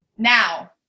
Now